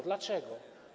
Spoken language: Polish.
Dlaczego?